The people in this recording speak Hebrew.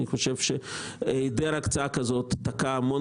אני חושב שהיעדר הקצאה כזו תקע המון